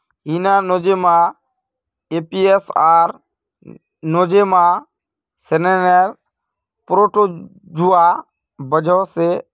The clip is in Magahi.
इरा नोज़ेमा एपीस आर नोज़ेमा सेरेने प्रोटोजुआ वजह से होछे